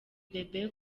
bebe